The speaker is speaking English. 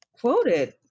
quoted